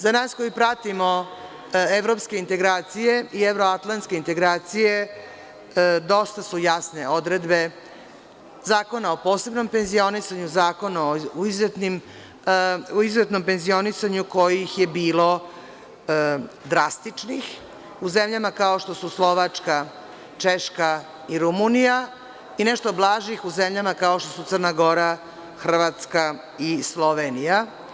Za nas koji pratimo evropske integracije i evroatlanske integracije dosta su jasne odredbe Zakona o posebnom penzionisanju, Zakona o izuzetnom penzionisanju kojih je bilo drastičnih u zemljama kao što su Slovačka, Češka i Rumunija i nešto blažih u zemljama kao što su Crna Gora, Hrvatska i Slovenija.